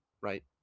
right